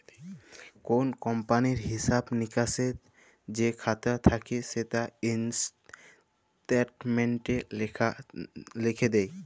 call কমপালির হিঁসাব লিকাসের যে খাতা থ্যাকে সেটা ইস্ট্যাটমেল্টে লিখ্যে দেয়